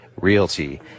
Realty